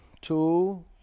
Two